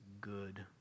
good